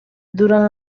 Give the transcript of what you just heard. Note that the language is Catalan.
durant